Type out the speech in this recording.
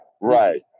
Right